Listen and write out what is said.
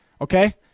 okay